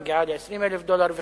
מגיעה ל-20,000 דולר וכדומה.